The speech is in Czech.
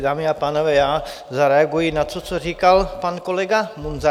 Dámy a pánové, zareaguji na to, co říkal pan kolega Munzar.